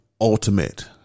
ultimate